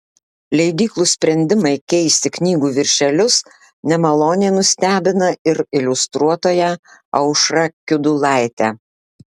leidyklų sprendimai keisti knygų viršelius nemaloniai nustebina ir iliustruotoją aušrą kiudulaitę